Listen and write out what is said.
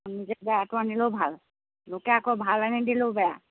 নিজে বেয়াটো আনিলেও ভাল লোকে আকৌ ভাল আনি দিলেও বেয়া